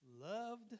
loved